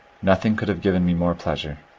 nothing could have given me more pleasure.